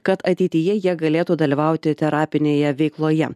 kad ateityje jie galėtų dalyvauti terapinėje veikloje